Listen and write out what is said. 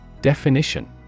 Definition